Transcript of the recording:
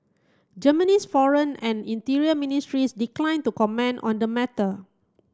Germany's foreign and interior ministries declined to comment on the matter